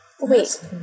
Wait